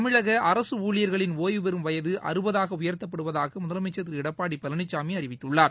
தமிழக அரசு ஊழியர்களின் ஓய்வுபெறும் வயது அறுபதாக உயர்த்தப்படுவதாக முதலமைச்சர் திரு எடப்பாடி பழனிசாமி அறிவித்துள்ளார்